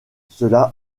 cela